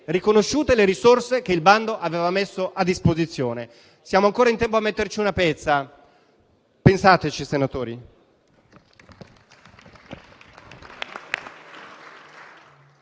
riconosciute le risorse che il bando aveva messo a disposizione. Siamo ancora in tempo a metterci una pezza; pensateci, senatori.